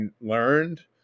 learned